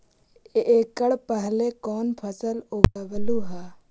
एकड़ पहले कौन फसल उगएलू हा?